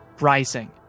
Rising